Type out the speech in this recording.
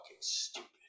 stupid